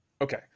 Okay